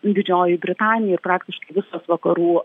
didžioji britanija ir praktiškai visos vakarų